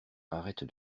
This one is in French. arrête